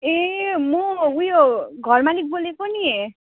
ए म ऊ यो घर मालिक बोलेको नि